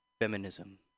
Feminism